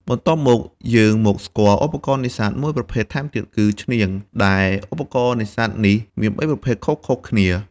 បន្ទាប់មកយើងមកស្គាល់ឧបករណ៍នេសាទមួយប្រភេទថែមទៀតគឺ ឈ្នាង ដែលឧបករណ៍នេសាទនេះ មាន៣ប្រភេទផ្សេងខុសៗគ្នា។